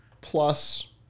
Plus